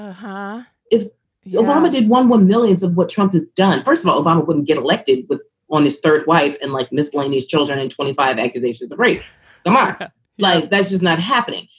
ah um ah if yeah obama did one were millions of what trump has done. first of all, obama wouldn't get elected, was on his third wife and like mislaid his children in twenty five accusations of rape but life. that's just not happening.